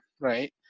right